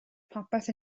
popeth